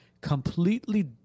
completely